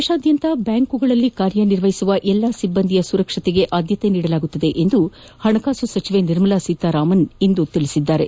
ದೇಶಾದ್ಯಂತ ಬ್ಯಾಂಕುಗಳಲ್ಲಿ ಕಾರ್ಯನಿರ್ವಹಿಸುವ ಎಲ್ಲಾ ಸಿಬ್ಬಂದಿಯ ಸುರಕ್ಷತೆಗೆ ಆದ್ಯತೆ ನೀಡಲಾಗುವುದು ಎಂದು ಹಣಕಾಸು ಸಚಿವೆ ನಿರ್ಮಲಾ ಸೀತಾರಾಮನ್ ಇಂದು ಹೇಳಿದ್ದಾರೆ